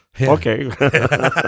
Okay